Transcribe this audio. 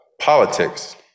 politics